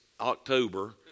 October